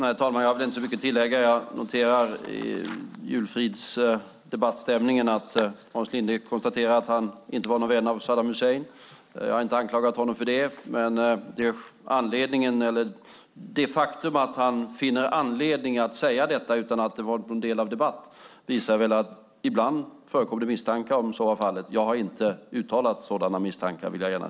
Herr talman! Jag har inte så mycket att tillägga. Jag noterar i julfridsdebattstämningen att Hans Linde konstaterar att han inte var någon vän av Saddam Hussein. Jag har inte anklagat honom för att vara det. Men det faktum att han finner anledning att säga detta - utan att det var någon del av debatten - visar väl att det ibland förekommer misstankar om detta. Jag vill dock gärna säga att jag inte har uttalat sådana misstankar.